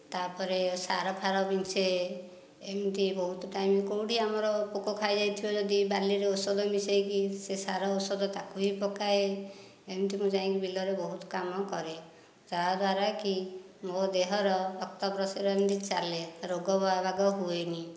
ତାପରେ ସାର ଫାର ବିଞ୍ଚେ ଏମିତି ବହୁତ ଟାଇମ୍ କେଉଁଠି ଆମର ପୋକ ଖାଇଯାଇଥିବ ଯଦି ବାଲିରେ ଔଷଧ ମିଶାଇକି ସେ ସାର ଔଷଧ ତାକୁ ବି ପକାଏ ଏମିତି ମୁଁ ଯାଇକି ବିଲରେ ବହୁତ କାମ କରେ ଯାହାଦ୍ୱାରା କି ମୋ ଦେହର ଏମିତି ଚାଲେ ରୋଗ ବୈରୋଗ ହୁଏନି